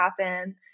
happen